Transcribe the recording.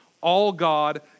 all-God